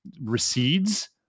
recedes